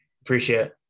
Appreciate